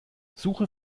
suche